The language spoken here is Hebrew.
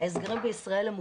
ההסגרים בישראל הם מוגבלים.